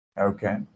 Okay